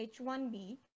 h1b